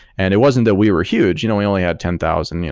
and it wasn't that we were huge. you know we only had ten thousand,